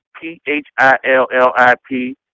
P-H-I-L-L-I-P